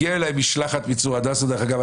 הגיעה אליי משלחת מצור הדסה דרך אגב,